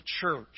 church